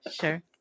Sure